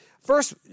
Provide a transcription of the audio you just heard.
first